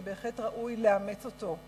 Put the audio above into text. שבהחלט ראוי לאמץ אותו.